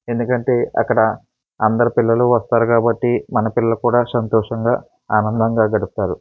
ఎందుకంటే అక్కడ అందరి పిల్లలు వస్తారు కాబట్టి మన పిల్లలు కూడా సంతోషంగా ఆనందంగా గడుపుతారు